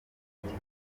avutse